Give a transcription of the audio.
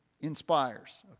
inspires